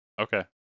Okay